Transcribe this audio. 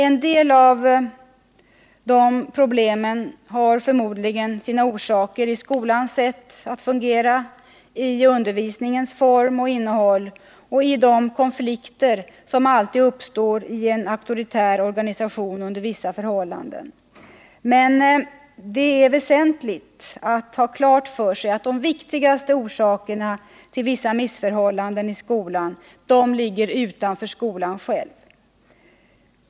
En del av de problemen har förmodligen sina orsaker i skolans sätt att fungera — i undervisningens form och innehåll och i de konflikter som alltid uppstår i en auktoritär organisation under vissa förhållanden. Men det är väsentligt att ha klart för sig att de viktigaste orsakerna till vissa missförhållanden i skolan ligger utanför skolan själv.